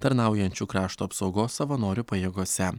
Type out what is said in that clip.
tarnaujančių krašto apsaugos savanorių pajėgose